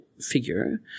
figure